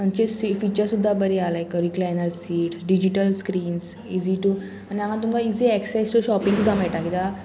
हांगचे फिचर सुद्दां बरी आहा like recliner seat digital screens easy to आनी हांगा तुमकां इजी एक्सेस जो शॉपिंग सुद्दां मेळटा कित्याक